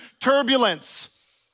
turbulence